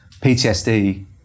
PTSD